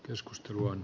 keskustelu on